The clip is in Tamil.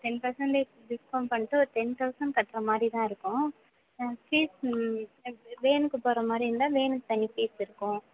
டென் பர்சன்டேஜ் டிஸ்கவுண்ட் பண்ணிட்டு ஒரு டென் தௌசண்ட் கட்டுறா மாதிரிதான் இருக்கும் ஃபீஸ் வேனுக்கு போகிறமாரி இருந்தா வேனுக்கு தனி ஃபீஸ் இருக்கும்